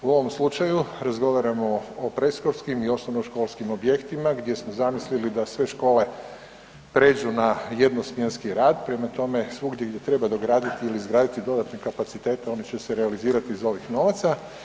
U ovom slučaju, razgovaramo o predškolskim i osnovnoškolskim objektima gdje smo zamislili da sve škole pređu na jednosmjenski rad, prema tome, svugdje gdje treba dograditi ili izgraditi dodatni kapacitet, oni će se realizirati iz ovih novaca.